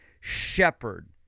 shepherd